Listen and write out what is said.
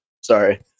Sorry